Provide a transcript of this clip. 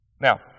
Now